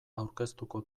aurkeztuko